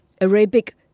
Arabic